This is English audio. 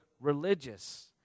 religious